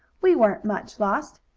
we weren't much lost!